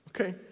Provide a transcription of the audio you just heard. Okay